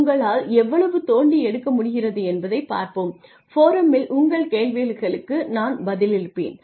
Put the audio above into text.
உங்களால் எவ்வளவு தோண்டி எடுக்க முடிகிறது என்பதைப் பார்ப்போம் ஃபோரம்மில் உங்கள் கேள்விகளுக்கு நான் பதிலளிப்பேன்